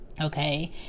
Okay